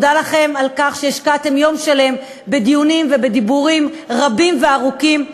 מודה לכם על כך שהשקעתם יום שלם בדיונים ובדיבורים רבים וארוכים,